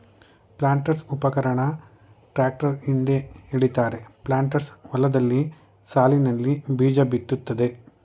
ಪ್ಲಾಂಟರ್ಸ್ಉಪಕರಣನ tractor ಹಿಂದೆ ಎಳಿತಾರೆ planters ಹೊಲ್ದಲ್ಲಿ ಸಾಲ್ನಲ್ಲಿ ಬೀಜಬಿತ್ತುತ್ತೆ